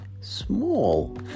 small